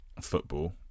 football